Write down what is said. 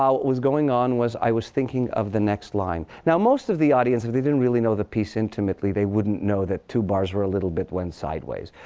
um was going on was i was thinking of the next line. now, most of the audience, if they didn't really know the piece intimately, they wouldn't know that two bars a little bit went sideways.